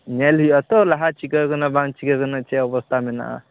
ᱧᱮᱞ ᱦᱩᱭᱩᱜ ᱟ ᱛᱚ ᱞᱟᱦᱟ ᱪᱤᱠᱟ ᱟᱠᱟᱱᱟ ᱵᱟᱝ ᱪᱤᱠᱟ ᱟᱠᱟᱱᱟ ᱪᱮᱫ ᱚᱵᱚᱥᱛᱟ ᱢᱮᱱᱟᱜ ᱟ